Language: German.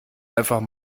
einfach